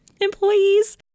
employees